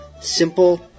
simple